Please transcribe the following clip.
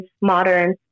Modern